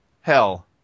Hell